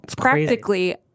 practically